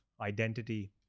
identity